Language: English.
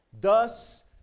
Thus